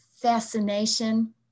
fascination